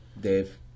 Dave